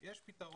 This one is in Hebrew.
יש פתרון.